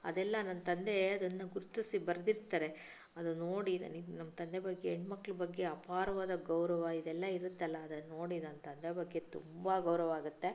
ಅದೆಲ್ಲಾ ನನ್ನ ತಂದೆ ಅದನ್ನು ಗುರುತಿಸಿ ಬರೆದಿರ್ತಾರೆ ಅದನ್ನು ನೋಡಿ ನನಗೆ ನನ್ನ ತಂದೆಯ ಬಗ್ಗೆ ಹೆಣ್ಣುಮಕ್ಕಳ ಬಗ್ಗೆ ಅಪಾರವಾದ ಗೌರವ ಇದೆಲ್ಲಾ ಇರುತ್ತಲ್ಲ ಅದನ್ನು ನೋಡಿ ನನ್ನ ತಂದೆ ಬಗ್ಗೆ ತುಂಬ ಗೌರವ ಆಗುತ್ತೆ